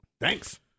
thanks